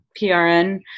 PRN